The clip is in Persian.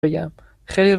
بگم، خیلی